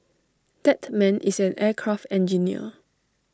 that man is an aircraft engineer